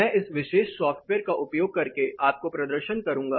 मैं इस विशेष सॉफ़्टवेयर का उपयोग करके आपको प्रदर्शन करूंगा